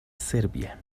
serbia